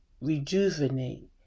rejuvenate